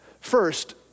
First